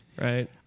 Right